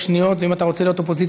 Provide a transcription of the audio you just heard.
וראש הממשלה פוחד מבחירות.